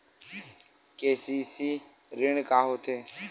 KCC ऋण का होथे?